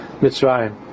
Mitzrayim